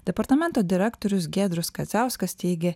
departamento direktorius giedrius kadziauskas teigė